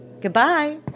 Goodbye